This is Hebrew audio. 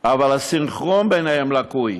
אבל הסנכרון ביניהם לקוי.